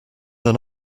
than